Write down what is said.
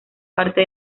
parte